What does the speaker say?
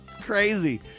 Crazy